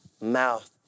mouth